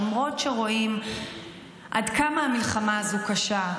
למרות שרואים עד כמה המלחמה הזו קשה,